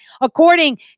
according